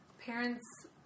parents